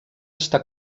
està